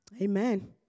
Amen